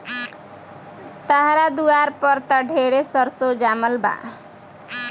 तहरा दुआर पर त ढेरे सरसो जामल बा